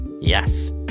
Yes